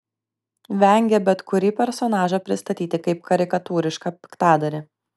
vengė bet kurį personažą pristatyti kaip karikatūrišką piktadarį